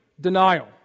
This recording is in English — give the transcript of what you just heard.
denial